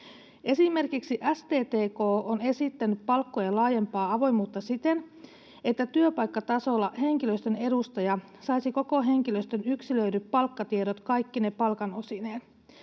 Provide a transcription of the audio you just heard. Esimerkiksi STTK on esittänyt palkkojen laajempaa avoimuutta siten, että työpaikkatasolla henkilöstön edustaja saisi koko henkilöstön yksilöidyt palkkatiedot kaikkine palkanosineen.